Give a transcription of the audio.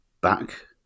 back